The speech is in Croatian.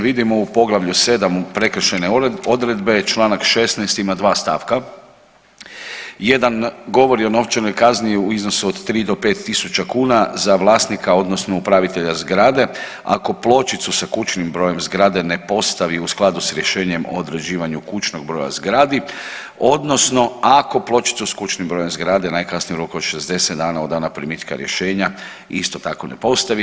Vidimo u poglavlju 7 prekršajne odredbe čl. 16. ima dva stavka, jedan govori o novčanoj kazni u iznosu od 3.000-5.000 kuna za vlasnika odnosno upravitelja zgrade ako pločicu sa kućnim brojem zgrade ne postavi u skladu s rješenjem o određivanju kućnog broja zgrade odnosno ako pločicu s kućnim brojem zgrade najkasnije u roku od 60 dana od dana primitka rješenja isto tako ne postavi.